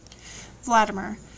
Vladimir